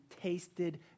tasted